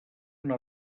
una